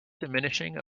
diminishing